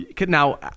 Now